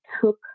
took